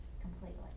completely